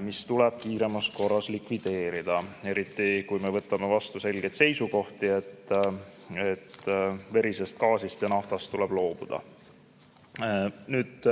mis tuleb kiiremas korras likvideerida. Eriti, kui me võtame vastu selgeid seisukohti, et verisest gaasist ja naftast tuleb loobuda. Nüüd,